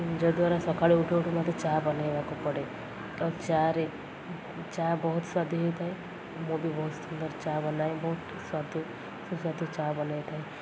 ନିଜ ଦ୍ୱାରା ସକାଳୁ ଉଠୁ ଉଠୁ ମୋତେ ଚା ବନାଇବାକୁ ପଡ଼େ ଆଉ ଚା ରେ ଚା ବହୁତ ସ୍ଵାଦି ହେଇଥାଏ ମୁଁ ବି ବହୁତ ସୁନ୍ଦର ଚା ବନାଏ ବହୁତ ସ୍ଵାଦି ସୁସ୍ଵାଦୁ ଚା ବନାଇ ଥାଏ